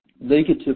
negative